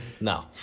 No